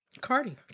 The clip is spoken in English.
Cardi